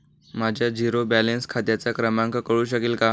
माझ्या zero balance खात्याचा क्रमांक कळू शकेल का?